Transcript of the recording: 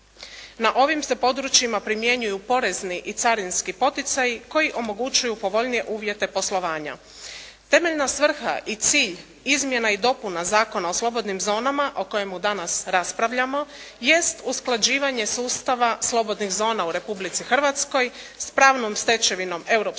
Na ovim se područjima primjenjuju porezni i carinski poticaji koji omogućuju povoljnije uvjete poslovanja. Temeljna svrha i cilj izmjena i dopuna Zakona o slobodnim zonama o kojemu danas raspravljamo jest usklađivanje sustava slobodnih zona u Republici Hrvatskoj s pravnom stečevinom Europske